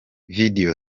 video